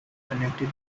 connected